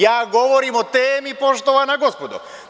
Ja govorim o temi, poštovana gospodo.